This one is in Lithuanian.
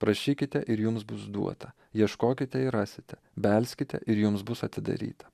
prašykite ir jums bus duota ieškokite ir rasite belskite ir jums bus atidaryta